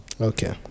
okay